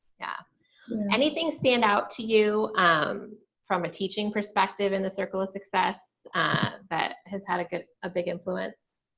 yeah anything stand out to you um from a teaching perspective in the circle of success that has had a big influence?